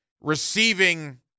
receiving